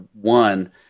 one